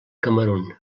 camerun